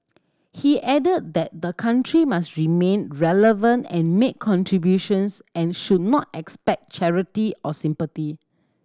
he added that the country must remain relevant and make contributions and should not expect charity or sympathy